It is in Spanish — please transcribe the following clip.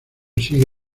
sigue